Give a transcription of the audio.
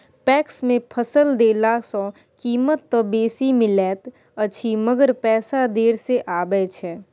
PACS मे फसल देला सॅ कीमत त बेसी मिलैत अछि मगर पैसा देर से आबय छै